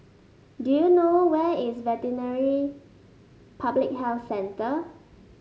do you know where is Veterinary Public Health Centre